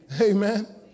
amen